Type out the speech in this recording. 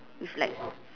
with like